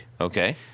Okay